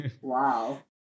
Wow